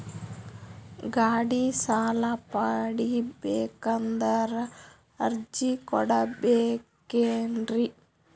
ಗಾಡಿ ಸಾಲ ಪಡಿಬೇಕಂದರ ಅರ್ಜಿ ಕೊಡಬೇಕೆನ್ರಿ?